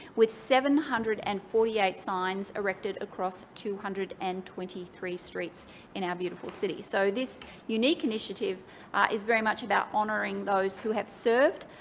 with seven hundred and forty eight signs erected across two hundred and twenty three streets in our beautiful city. so this unique initiative is very much about honouring those who have served,